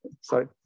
Sorry